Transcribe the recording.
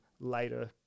later